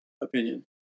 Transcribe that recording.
opinion